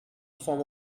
form